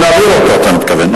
אה, אחרי שנעביר אותו אתה מתכוון.